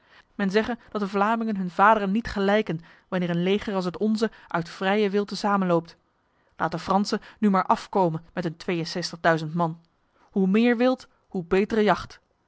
men zegge dat de vlamingen hun vaderen niet gelijken wanneer een leger als het onze uit vrije wil te samen loopt laat de fransen nu maar afkomen met hun tweeënzestigduizend man hoe meer wild hoe betere jacht